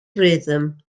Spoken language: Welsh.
rhythm